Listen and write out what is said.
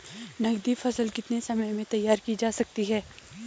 नगदी फसल कितने समय में तैयार की जा सकती है?